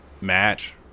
match